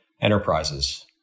enterprises